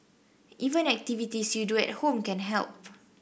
even activities you do at home can help